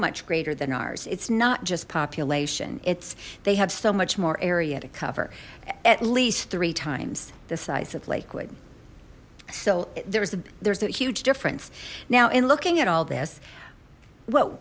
much greater than ours it's not just population its they have so much more area to cover at least three times the size of lakewood so there's a there's a huge difference now in looking at all this what